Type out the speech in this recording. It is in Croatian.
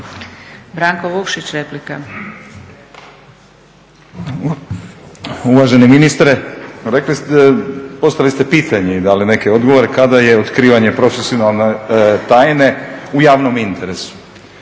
Branko (Nezavisni)** Uvaženi ministre, rekli ste, postavili ste pitanje, i dali neke odgovore kada je otkrivanje profesionalne tajne u javnom interesu.